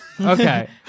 Okay